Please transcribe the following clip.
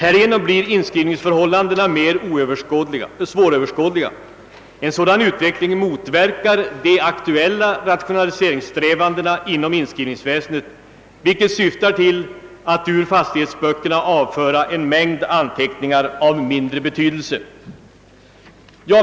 Härigenom blir inskrivningsförhållandena mera svåröverskådliga. En sådan utveckling motverkar de aktuella rationaliseringssträvandena inom = inskrivningsväsendet, vilka strävanden syftar till att ur fastighetsböckerna avföra en mängd anteckningar av mindre betydelse.